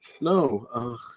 No